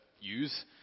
use